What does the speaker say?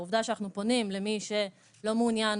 העובדה שאנחנו פונים למי שלא מעוניין,